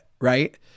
right